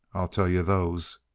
tell yuh those.